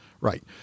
right